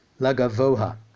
lagavoha